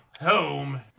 home